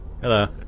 hello